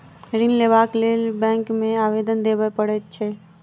ऋण लेबाक लेल बैंक मे आवेदन देबय पड़ैत छै